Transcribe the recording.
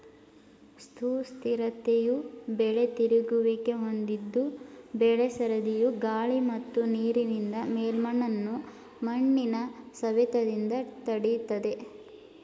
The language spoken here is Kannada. ಸುಸ್ಥಿರತೆಯು ಬೆಳೆ ತಿರುಗುವಿಕೆ ಹೊಂದಿದ್ದು ಬೆಳೆ ಸರದಿಯು ಗಾಳಿ ಮತ್ತು ನೀರಿನಿಂದ ಮೇಲ್ಮಣ್ಣನ್ನು ಮಣ್ಣಿನ ಸವೆತದಿಂದ ತಡಿತದೆ